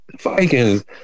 Vikings